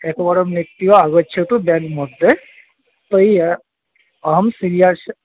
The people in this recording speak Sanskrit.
एकवारं नीत्वा आगच्छतु बेङ्क्मध्ये यतोपि अहं शिवियर्श्